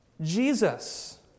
Jesus